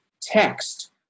text